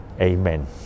Amen